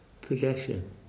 possession